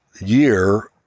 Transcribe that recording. year